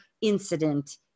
incident